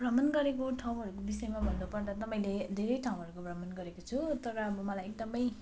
भ्रमण गरेको ठाउँहरूको विषयमा भन्नु पर्दा त मैले धेरै ठाउँहरूको भ्रमण गरेको छु तर अब मलाई एकदम